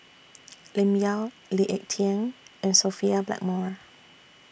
Lim Yau Lee Ek Tieng and Sophia Blackmore